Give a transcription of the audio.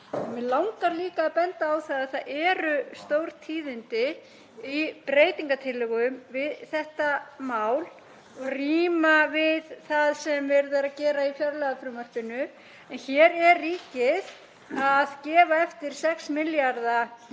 það eru stór tíðindi í breytingartillögum við þetta mál og ríma við það sem verið er að gera í fjárlagafrumvarpinu en hér er ríkið að gefa eftir 6 milljarða